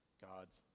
God's